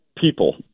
people